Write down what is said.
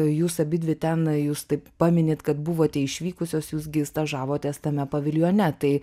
jūs abidvi ten jūs taip paminint kad buvote išvykusios jūs gi stažavotės tame paviljone tai